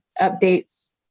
updates